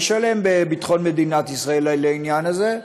הוא ישלם בביטחון מדינת ישראל על העניין הזה,